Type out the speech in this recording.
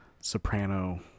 soprano